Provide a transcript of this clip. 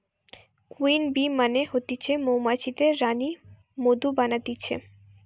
queen bee মানে হতিছে মৌমাছিদের রানী মধু বানাতিছে